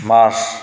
March